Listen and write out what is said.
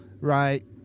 right